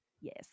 yes